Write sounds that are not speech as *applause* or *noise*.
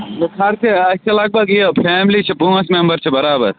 *unintelligible* چھِ أسۍ چھِ لگ بگ یہِ فیملی چھِ پانٛژھ مٮ۪مبر چھِ برابر